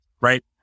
Right